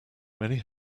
many